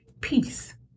Peace